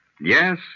Yes